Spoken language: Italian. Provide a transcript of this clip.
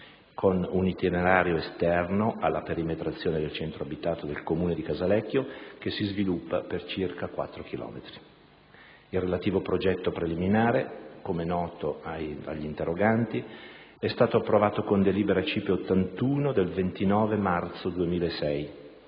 con un itinerario esterno alla perimetrazione del centro abitato del Comune di Casalecchio, che si sviluppa per circa quattro chilometri. Il relativo progetto preliminare, come noto agli interroganti, è stato approvato con delibera CIPE n. 81 del 29 marzo 2006,